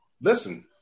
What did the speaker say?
listen